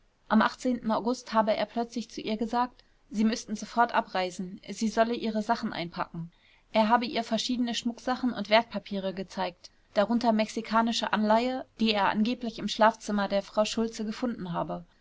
am august habe er plötzlich zu ihr gesagt sie müßten sofort abreisen sie solle ihre sachen einpacken er habe ihr verschiedene schmucksachen und wertpapiere gezeigt darunter mexikanische anleihe die er angeblich im schlafzimmer der frau schultze gefunden habe